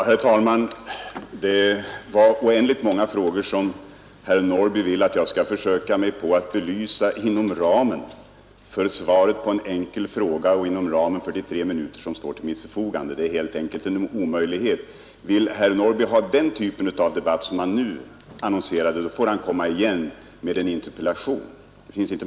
Herr talman! Det var oändligt många frågor som herr Norrby ville att jag skulle belysa inom ramen för denna frågedebatt och alltså på de tre minuter som står till mitt förfogande. Det är en omöjlighet, och vill herr Norrby ha en debatt av den typ som han nu annonserade får han komma igen med en interpellation.